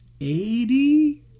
Eighty